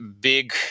big